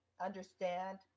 understand